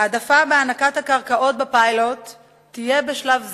הענקת הקרקעות בפיילוט תהיה, בשלב זה,